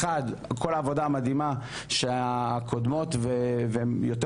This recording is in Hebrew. אחד כל העבודה המדהימה שהקודמות והן יותר